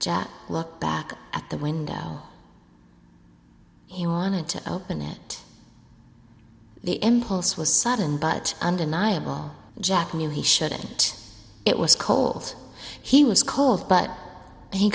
jack looked back at the window he wanted to open it the impulse was sudden but undeniable jack knew he shouldn't it was cold he was cold but he